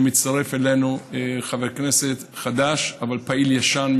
שמצטרף אלינו חבר כנסת חדש אבל פעיל ישן,